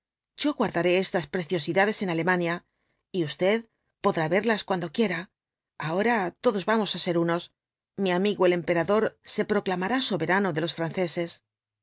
yo guardaré estas preciosidades en alemania y usted podrá verlas cuando quiera ahora todos vamos á ser unos mi amigo el emperador se proclamará soberano de los franceses